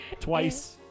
Twice